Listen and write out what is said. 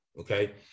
okay